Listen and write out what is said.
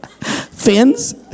Fins